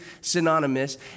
synonymous